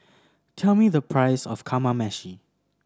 tell me the price of Kamameshi